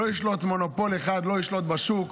לא מונופול אחד ישלוט בשוק.